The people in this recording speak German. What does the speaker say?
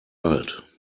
alt